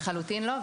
לחלוטין לא.